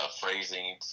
phrasing